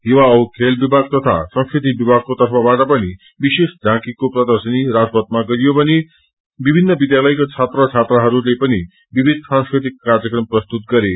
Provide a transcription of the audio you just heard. युवा औ खेल विभाग तथा संस्कृति विभागको तर्फबाट विशेष झाँकीको प्रर्दशनी राजपथामा गरियो भने विभिन्न विध्यालयका छात्र छात्राले पनि विविध सांस्कृतिक कार्यक्रम प्रस्तुत गरे